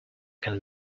can